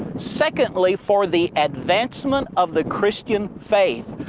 secondly for the advancement of the christian faith.